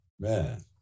Man